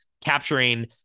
capturing